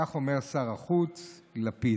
כך אומר שר החוץ לפיד.